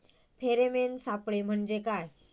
Pheromone सापळे म्हंजे काय?